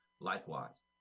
Likewise